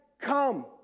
come